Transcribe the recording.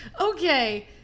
Okay